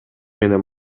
менен